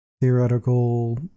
theoretical